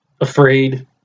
afraid